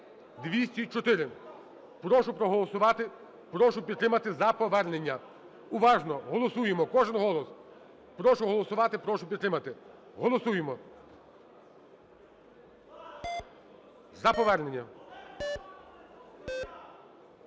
10204. Прошу проголосувати, прошу підтримати за повернення. Уважно голосуємо, кожен голос. Прошу голосувати, прошу підтримати. Голосуємо. За повернення.